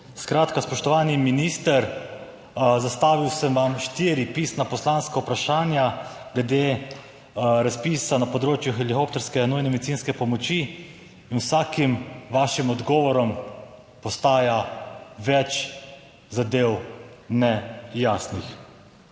Skratka, spoštovani minister, zastavil sem vam štiri pisna poslanska vprašanja glede razpisa na področju helikopterske nujne medicinske pomoči in z vsakim vašim odgovorom postaja več zadev nejasnih